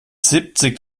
siebzig